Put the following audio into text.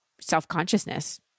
self-consciousness